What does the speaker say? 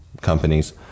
companies